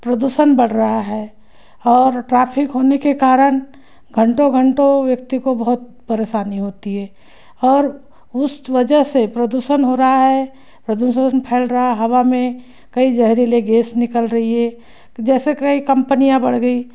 प्रदूषण बढ़ रहा है और ट्राफिक होने के कारण घंटों घंटों व्यक्ति को बहोत परेसानी होती है और उस वजह से प्रदूषण हो रहा है प्रदूषण फैल रहा हवा में कई जहरीले गैस निकल रही है जैसे कई कम्पनियाँ बढ़ गई